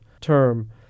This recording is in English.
term